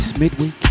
Midweek